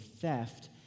theft